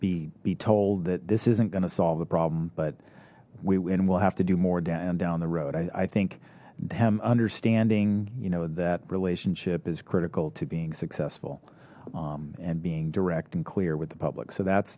be be told that this isn't going to solve the problem but we will have to do more down down the road i think i'm understanding you know that relationship is critical to being successful and being direct and clear with the public so that's